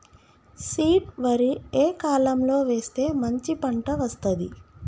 Seed వరి ఏ కాలం లో వేస్తే మంచి పంట వస్తది?